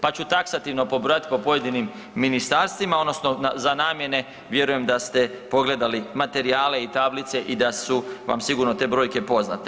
Pa ću taksativno pobrojati po pojedinim ministarstvima odnosno za namjene, vjerujem da ste pogledali materijale i tablice i da su vam sigurno te brojke poznate.